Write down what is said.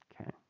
Okay